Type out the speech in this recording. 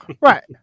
Right